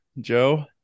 Joe